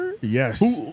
Yes